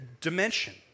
dimension